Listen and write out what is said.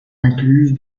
incluse